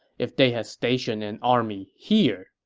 if they had stationed an army here,